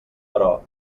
però